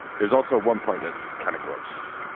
there's also one part that's. kind of gross.